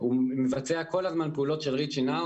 משרד החינוך מבצע כל הזמן פעולות של reaching out.